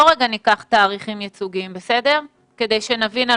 בוא ניקח תאריכים ייצוגיים כדי שנבין על